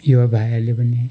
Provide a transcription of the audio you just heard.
युवा भाइहरूले पनि